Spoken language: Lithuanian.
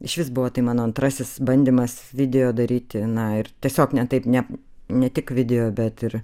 išvis buvo tai mano antrasis bandymas video daryti na ir tiesiog ne taip ne ne tik video bet ir